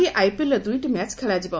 ଆଜି ଆଇପିଏଲ୍ରେ ଦୁଇଟି ମ୍ୟାଚ୍ ଖେଳାଯିବ